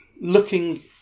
looking